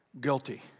guilty